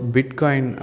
Bitcoin